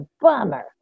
bummer